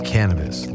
Cannabis